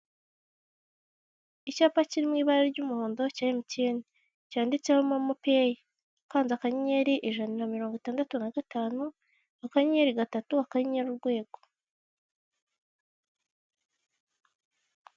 Icyapa kiri mu ibara ry'umuhondo cya emutiyeni. Cyanditseho momo peyi. Ukanze akanyenyeri, ijana na mirongo itandatu na gatanu, akanyeyeri gatatu, akanyenyeri urwego.